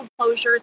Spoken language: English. closures